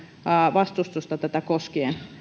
vastustusta tätä koskien